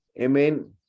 amen